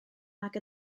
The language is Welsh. nag